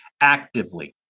actively